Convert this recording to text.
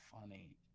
funny